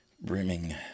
brimming